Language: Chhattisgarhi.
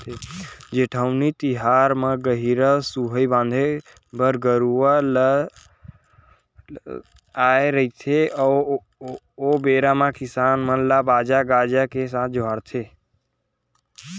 जेठउनी तिहार म गहिरा सुहाई बांधे बर गरूवा ल आय रहिथे ओ बेरा किसान मन ल बाजा गाजा के संग जोहारथे